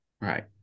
Right